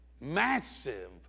massive